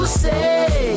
say